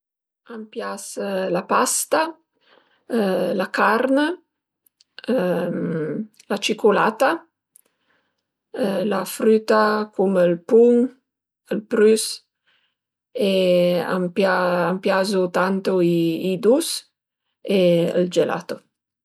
A m'pias la pasta, la carn, la ciculata, la früta cume ël pum, ël prüs e a m'piazu tantu i dus e ël gelato